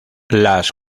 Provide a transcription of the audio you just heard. las